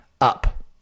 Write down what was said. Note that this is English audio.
up